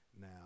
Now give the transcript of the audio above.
Now